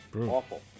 Awful